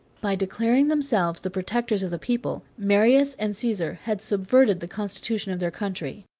by declaring themselves the protectors of the people, marius and caesar had subverted the constitution of their country.